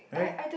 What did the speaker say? right